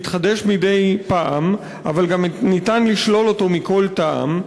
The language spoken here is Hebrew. שמתחדש מדי פעם אבל גם ניתן לשלול אותו מכל טעם.